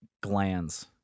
glands